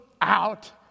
out